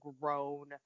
grown